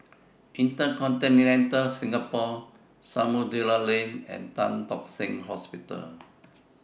InterContinental Singapore Samudera Lane and Tan Tock Seng Hospital